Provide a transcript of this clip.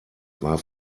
war